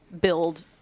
build-